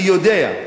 אני יודע.